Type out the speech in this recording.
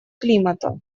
климата